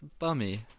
bummy